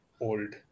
old